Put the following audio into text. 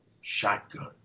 shotgun